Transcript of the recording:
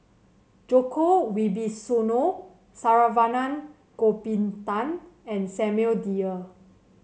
Djoko Wibisono Saravanan Gopinathan and Samuel Dyer